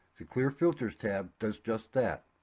the clear filters tab does just that.